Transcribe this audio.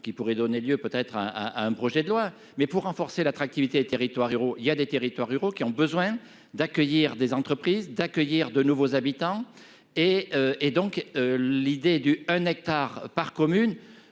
qui pourrait donner lieu, peut-être un, un, un projet de loi. Mais pour renforcer l'attractivité des territoires ruraux, il y a des territoires ruraux qui ont besoin d'accueillir des entreprises d'accueillir de nouveaux habitants. Et et donc l'idée du un hectare par commune.